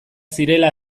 zirela